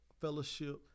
Fellowship